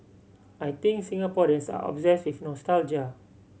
I think Singaporeans are obsessed with nostalgia